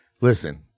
Listen